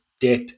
debt